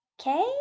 Okay